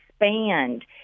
expand